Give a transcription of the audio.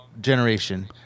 generation